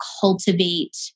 cultivate